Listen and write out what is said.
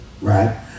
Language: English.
right